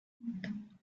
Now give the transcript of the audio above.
man